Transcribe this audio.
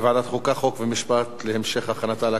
חוק ומשפט להמשך הכנתה לקריאות הבאות.